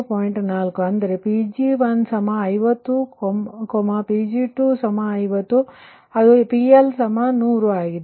4 ಅಂದರೆPg1 50 Pg250ಅದು PL 100 ಆಗಿದೆ